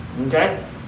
Okay